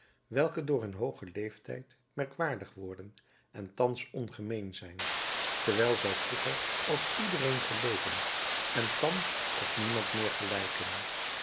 welke door hun hoogen leeftijd merkwaardig worden en thans ongemeen zijn terwijl zij vroeger als iedereen geleken en thans op niemand meer gelijken